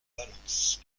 valence